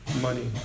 money